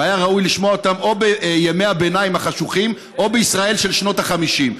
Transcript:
והיה ראוי לשמוע אותן או בימי הביניים החשוכים או בישראל של שנות ה-50.